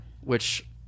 Which-